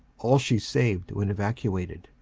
all she saved when evacuated.